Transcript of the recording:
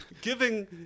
Giving